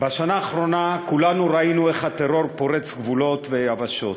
בשנה האחרונה כולנו ראינו איך הטרור פורץ גבולות ויבשות,